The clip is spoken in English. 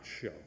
show